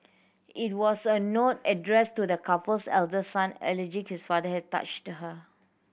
it was a note addressed to the couple's eldest son alleging his father had touched her